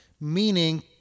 Meaning